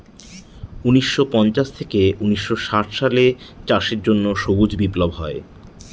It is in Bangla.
উনিশশো পঞ্চাশ থেকে উনিশশো ষাট সালে চাষের জন্য সবুজ বিপ্লব হয়